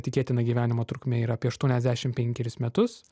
tikėtina gyvenimo trukmė yra apie aštuoniasdešim penkerius metus